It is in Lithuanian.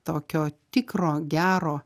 tokio tikro gero